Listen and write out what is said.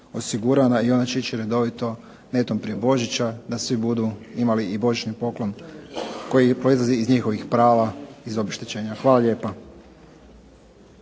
osigurana i ona će ići redovito netom prije Božića da svi budu imali i božićni poklon koji proizlazi iz njihovih prava iz obeštećenja. Hvala lijepa.